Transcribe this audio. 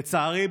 לצערי,